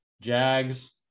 Jags